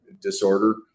disorder